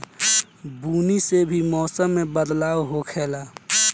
बुनी से भी मौसम मे बदलाव होखेले